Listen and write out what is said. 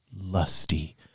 lusty